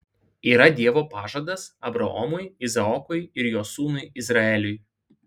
yra dievo pažadas abraomui izaokui ir jo sūnui izraeliui